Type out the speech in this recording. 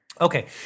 Okay